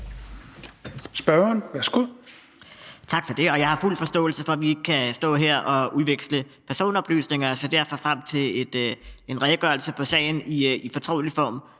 Hegaard (RV): Tak for det. Jeg har fuld forståelse for, at vi ikke kan stå her og udveksle personoplysninger, og jeg ser derfor frem til en redegørelse for sagen i fortrolig form.